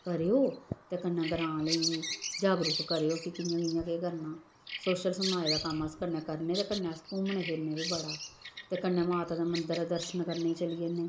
करेओ ते कन्नै ग्रांऽ आह्लें गी जागरूक करेओ कि कि'यां कि'यां केह् करना सोशल समाज दा कम्म अस कन्नै करने ते कन्नै अस घूमने फिरने बी बड़ा ते कन्नै माता दे मंदर ऐ दर्शन करने गी चली जन्ने